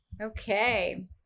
Okay